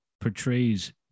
portrays